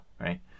right